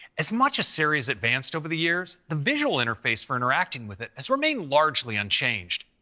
as much as siri has advanced over the years, the visual interface for interacting with it has remained largely unchanged.